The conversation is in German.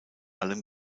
allem